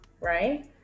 right